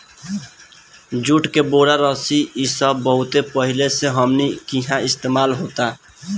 जुट के बोरा, रस्सी इ सब बहुत पहिले से हमनी किहा इस्तेमाल होता